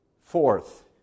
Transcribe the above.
Fourth